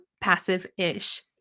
passive-ish